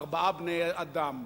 ארבעה בני-אדם,